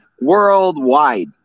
worldwide